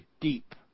deep